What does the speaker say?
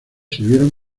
sirvieron